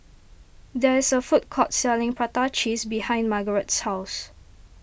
there is a food court selling Prata Cheese behind Margarette's house